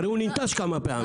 הרי הוא ננטש כמה פעמים.